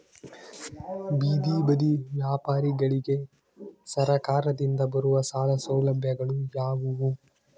ಬೇದಿ ಬದಿ ವ್ಯಾಪಾರಗಳಿಗೆ ಸರಕಾರದಿಂದ ಬರುವ ಸಾಲ ಸೌಲಭ್ಯಗಳು ಯಾವುವು?